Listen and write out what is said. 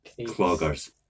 cloggers